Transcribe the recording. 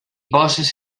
posis